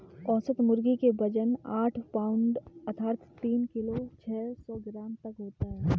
औसत मुर्गी क वजन आठ पाउण्ड अर्थात तीन किलो छः सौ ग्राम तक होता है